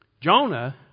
Jonah